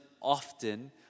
often